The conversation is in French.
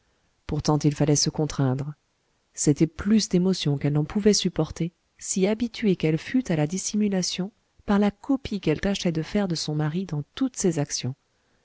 pourtant il fallait se contraindre c'était plus d'émotions qu'elle n'en pouvait supporter si habituée qu'elle fût à la dissimulation par la copie qu'elle tâchait de faire de son mari dans toutes ses actions